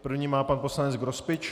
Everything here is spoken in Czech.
První má pan poslanec Grospič.